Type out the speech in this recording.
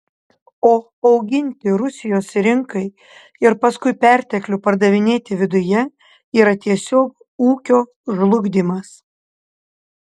o auginti rusijos rinkai ir paskui perteklių pardavinėti viduje yra tiesiog ūkio žlugdymas